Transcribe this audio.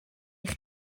eich